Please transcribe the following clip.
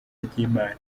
ry’imana